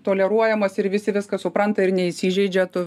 toleruojamas ir visi viską supranta ir neįsižeidžia tu